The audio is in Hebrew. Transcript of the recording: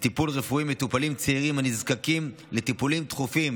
לטיפול רפואי מטופלים צעירים הנזקקים לטיפולים דחופים.